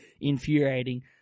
infuriating